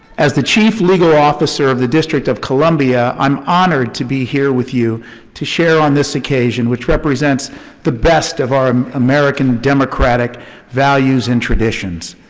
as the chief legal officer of the district of columbia, i'm honored to be here with you to share on this occasion which represents the best of our american democratic values and traditions.